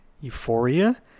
euphoria